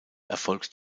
erfolgt